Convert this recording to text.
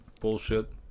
bullshit